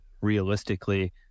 realistically